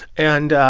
and,